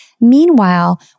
Meanwhile